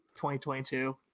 2022